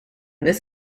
this